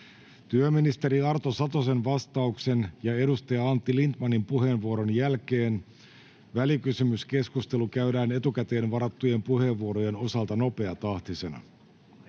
Työministeri Arto Satosen vastauksen ja edustaja Antti Lindtmanin puheenvuoron jälkeen välikysymyskeskustelu käydään etukäteen varattujen puheenvuorojen osalta nopeatahtisena.